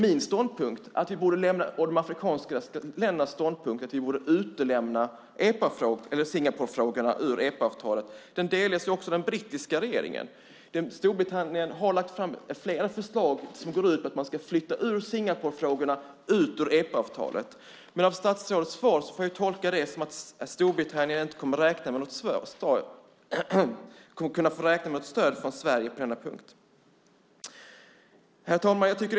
Min och de afrikanska ländernas ståndpunkt är att vi borde utelämna Singaporefrågorna ur EPA. Det delas också av den brittiska regeringen. Storbritannien har lagt fram flera förslag som går ut på att flytta ut Singaporefrågorna ur EPA. Men statsrådets svar får jag tolka så att Storbritannien inte kommer att kunna räkna med något stöd från Sverige på denna punkt. Herr talman!